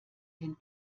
den